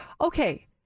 okay